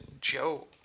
Joe